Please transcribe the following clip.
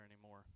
anymore